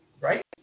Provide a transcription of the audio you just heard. Right